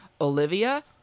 Olivia